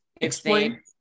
Explain